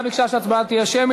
שהיה רופא שיניים